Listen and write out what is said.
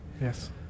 Yes